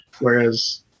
Whereas